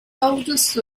oldest